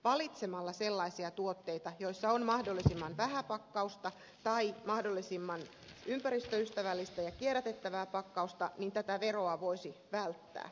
valitsemalla sellaisia tuotteita joissa on mahdollisimman vähän pakkausta tai mahdollisimman ympäristöystävällistä ja kierrätettävää pakkausta tätä veroa voisi välttää